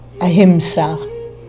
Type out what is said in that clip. ahimsa